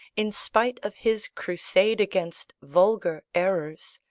in spite of his crusade against vulgar errors,